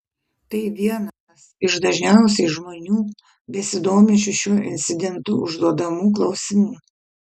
tai vienas iš dažniausiai žmonių besidominčiu šiuo incidentu užduodamų klausimų